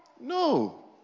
no